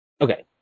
okay